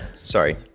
sorry